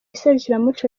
serukiramuco